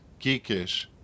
geekish